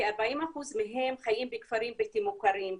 כ-40% מהם חיים בכפרים בלתי מוכרים.